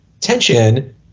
tension